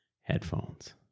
headphones